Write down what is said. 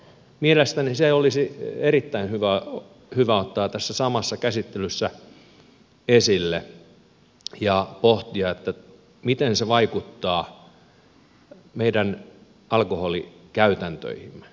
mielestäni se olisi erittäin hyvä ottaa tässä samassa käsittelyssä esille ja pohtia miten se vaikuttaa meidän alkoholikäytäntöihimme